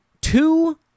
two